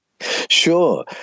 Sure